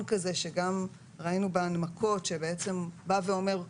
כזה שגם ראינו בהנמקות בעצם בא ואומר,